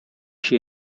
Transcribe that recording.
she